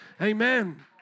Amen